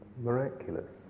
miraculous